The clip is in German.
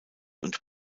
und